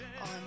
on